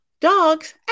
dogs